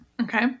Okay